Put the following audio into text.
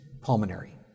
pulmonary